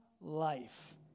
life